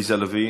עליזה לביא,